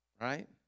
right